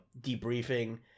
debriefing